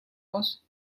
was